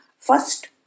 First